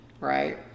right